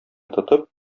тотып